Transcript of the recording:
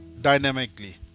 dynamically